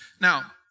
Now